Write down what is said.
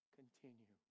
continue